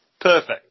perfect